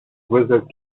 wizard